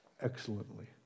excellently